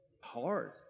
hard